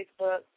Facebook